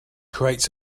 creates